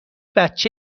بچه